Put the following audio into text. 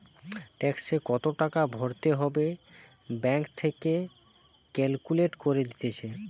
ট্যাক্সে কত টাকা ভরতে হবে ব্যাঙ্ক থেকে ক্যালকুলেট করে দিতেছে